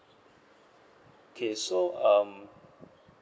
okay so um